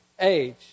age